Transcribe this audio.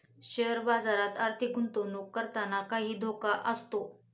share बाजारात आर्थिक गुंतवणूक करताना काही धोका असतो